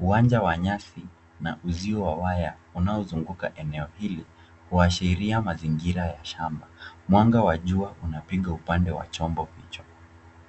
Uwanja wa nyasi na uzio wa waya unaozunguka eneo hili kuashiria mazingira ya shamba. Mwanga wa jua unapiga upande wa chombo hicho.